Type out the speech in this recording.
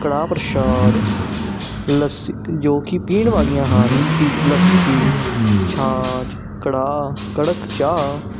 ਕੜਾਹ ਪ੍ਰਸ਼ਾਦ ਲੱਸੀ ਜੋ ਕਿ ਪੀਣ ਵਾਲੀਆਂ ਹਨ ਵੀ ਲੱਸੀ ਛਾਂਚ ਕੜਾਹ ਕੜਕ ਚਾਹ